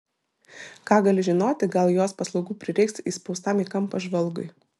ką gali žinoti gal jos paslaugų prireiks įspaustam į kampą žvalgui